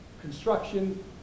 construction